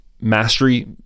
mastery